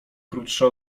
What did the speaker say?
krótsza